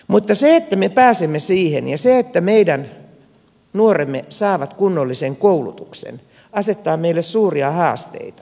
mutta se että me pääsemme siihen ja se että meidän nuoremme saavat kunnollisen koulutuksen asettaa meille suuria haasteita